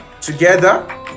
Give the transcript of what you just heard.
together